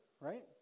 right